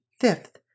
Fifth